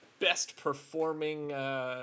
best-performing